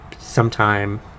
sometime